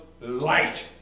light